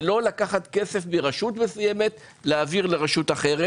ולא לקחת כסף מרשות מסוימת ולהעביר לרשות אחרת.